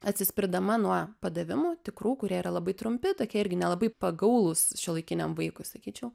atsispirdama nuo padavimų tikrų kurie yra labai trumpi tokie irgi nelabai pagaulūs šiuolaikiniam vaikui sakyčiau